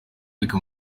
ariko